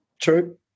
true